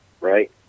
Right